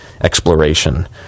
exploration